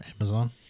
Amazon